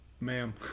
Ma'am